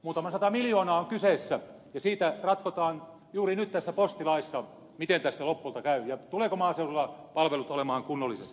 muutama sata miljoonaa on kyseessä ja siitä ratkotaan juuri nyt tässä postilaissa miten tässä lopulta käy ja tulevatko maaseudulla palvelut olemaan kunnolliset